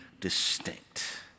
distinct